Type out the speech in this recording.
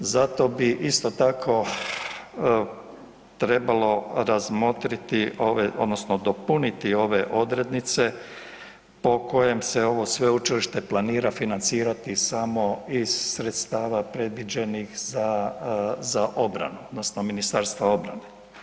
Zato bi isto tako trebalo razmotriti ove odnosno dopuniti ove odrednice po kojem se ovo sveučilište planira financirati samo iz sredstava predviđenih sa, za obranu odnosno Ministarstva obrane.